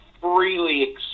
freely